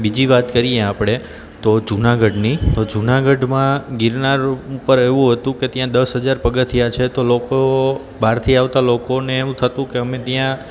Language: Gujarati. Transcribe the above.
બીજી વાત કરીએ આપણે તો જુનાગઢની તો જુનાગઢમાં ગિરનાર ઉપર એવું હતું કે ત્યાં દસ હજાર પગથિયા છે તો લોકો બહારથી આવતાં લોકોને એવું થતું કે અમે ત્યાં